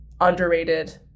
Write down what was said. underrated